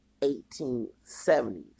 1870s